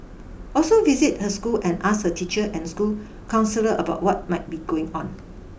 also visit her school and ask her teacher and school counsellor about what might be going on